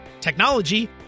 technology